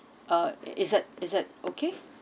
uh is that is that okay